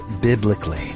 biblically